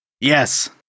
Yes